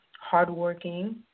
hardworking